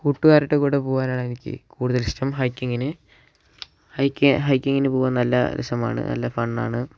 കൂട്ടുകാരുടെ കൂടെ പോവാനാണ് എനിക്ക് കൂടുതൽ ഇഷ്ടം ഹൈക്കിങ്ങിന് ഹൈക്കിങ്ങിന് പോവാൻ നല്ല രസമാണ് നല്ല ഫൺ ആണ്